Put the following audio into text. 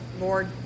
Lord